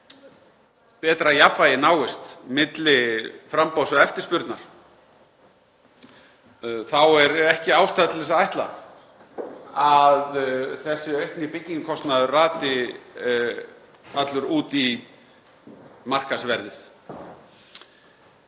betra jafnvægi náist milli framboðs og eftirspurnar þá er ekki ástæða til að ætla að þessi aukni byggingarkostnaður rati allur út í markaðsverðið.